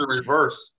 reverse